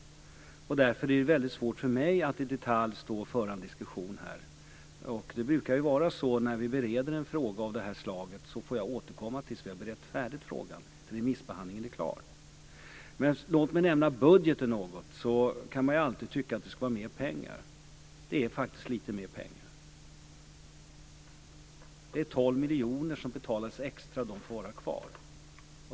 Därför är det väldigt svårt för mig att stå och föra en diskussion här i detalj. När vi bereder en fråga av det här slaget brukar det ju vara så att jag får återkomma när vi har berett frågan färdigt och remissbehandlingen är klar. Låt mig nämna budgeten något. Man kan alltid tycka att det ska vara mer pengar. Det är faktiskt lite mer pengar här. Det är 12 miljoner som betalas extra, och de får vara kvar.